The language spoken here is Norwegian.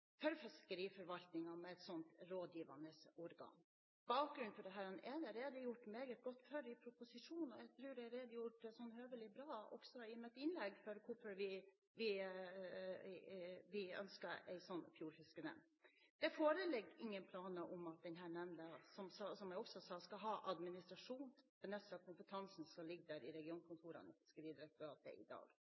for disse områdene og for fiskeriforvaltningen med et slikt rådgivende organ. Bakgrunnen for dette er det redegjort meget godt for i proposisjonen, og jeg tror det er redegjort høvelig bra også i mitt innlegg for hvorfor vi ønsker ei slik fjordfiskenemnd. Det foreligger ingen planer om at denne nemnda, som jeg også sa, skal ha egen administrasjon. Den skal benytte seg av kompetansen som ligger i regionkontorene til Fiskeridirektoratet i dag.